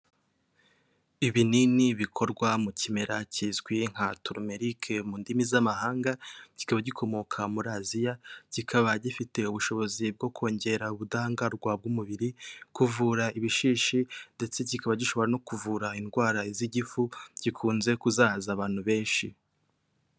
Ibinini bikorwa mu kimera kizwi nka turumerike mu ndimi z'amahanga, kikaba gikomoka muri Aziya, kikaba gifite ubushobozi bwo kongera ubudahangarwa bw'umubiri, kuvura ibishishi ndetse kikaba gishobora no kuvura indwara z'igifu gikunze kuzahaza abantu benshi.